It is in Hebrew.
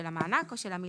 של המענק או של המלווה.